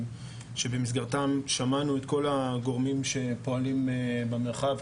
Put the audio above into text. שבמסגרתם שמענו את כל הגורמים שפועלים במרחב.